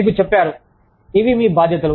మీకు చెప్పారు ఇవి మీ బాధ్యతలు